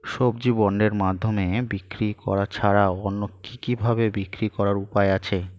সবজি বন্ডের মাধ্যমে বিক্রি করা ছাড়া অন্য কি কি ভাবে বিক্রি করার উপায় আছে?